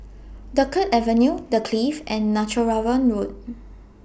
Dunkirk Avenue The Clift and Netheravon Road